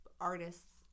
artists